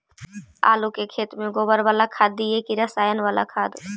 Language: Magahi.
आलू के खेत में गोबर बाला खाद दियै की रसायन बाला खाद?